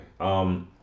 Okay